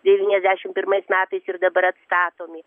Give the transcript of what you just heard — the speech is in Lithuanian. devyniasdešim pirmais metais ir dabar atstatomi